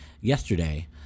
yesterday